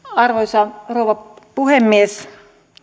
arvoisa rouva puhemies